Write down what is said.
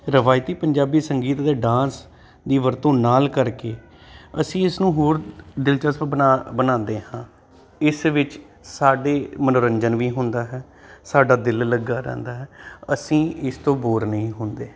ਰਵਾਇਤੀ ਪੰਜਾਬੀ ਸੰਗੀਤ ਦੇ ਡਾਂਸ ਦੀ ਵਰਤੋਂ ਨਾਲ ਕਰਕੇ ਅਸੀਂ ਇਸ ਨੂੰ ਹੋਰ ਦਿਲਚਸਪ ਬਣਾ ਬਣਾਉਂਦੇ ਹਾਂ ਇਸ ਵਿੱਚ ਸਾਡੇ ਮੰਨੋਰੰਜਨ ਵੀ ਹੁੰਦਾ ਹੈ ਸਾਡਾ ਦਿਲ ਲੱਗਾ ਰਹਿੰਦਾ ਹੈ ਅਸੀਂ ਇਸ ਤੋਂ ਬੋਰ ਨਹੀਂ ਹੁੰਦੇ